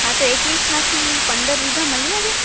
હા તો એકવીસમાંથી પંદર વીઘા મળી શકે